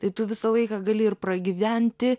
tai tu visą laiką gali ir pragyventi